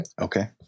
Okay